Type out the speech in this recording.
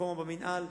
רפורמה במינהל,